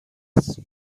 است